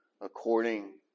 according